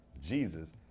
Jesus